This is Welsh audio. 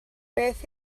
beth